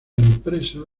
empresa